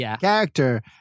Character